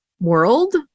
world